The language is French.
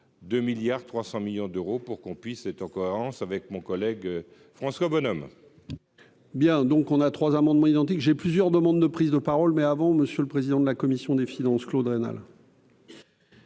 2 milliards 300 millions d'euros pour qu'on puisse être en cohérence avec mon collègue François Bonhomme. Bien, donc on a trois amendements identiques, j'ai plusieurs demandes de prise de parole, mais avant, monsieur le président de la commission des finances Claude Raynal.